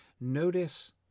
Notice